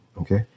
Okay